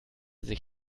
sich